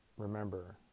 remember